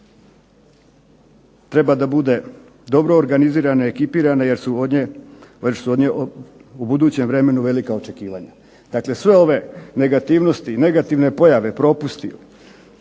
treba da bude dobro organizirana i ekipirana jer su od nje u budućem vremenu velika očekivanja. Dakle sve ove negativnosti i negativne pojave, propusti,